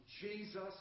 Jesus